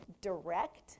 direct